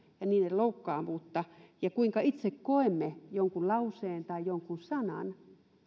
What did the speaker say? ja niiden loukkaavuutta ja kuinka itse koemme jonkun lauseen tai jonkun sanan